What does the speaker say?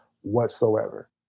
whatsoever